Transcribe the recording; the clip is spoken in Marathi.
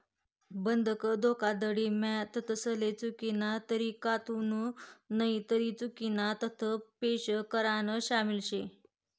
बंधक धोखाधडी म्हा तथ्यासले चुकीना तरीकाथून नईतर चुकीना तथ्य पेश करान शामिल शे